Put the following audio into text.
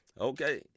okay